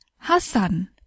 Hassan